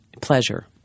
pleasure